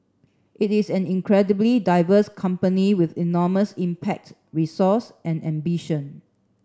it is an incredibly diverse company with enormous impact resource and ambition